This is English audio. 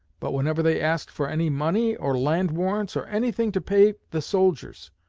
but whenever they asked for any money or land-warrants, or anything to pay the soldiers,